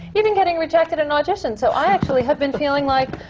even getting rejected at an audition. so i actually have been feeling like,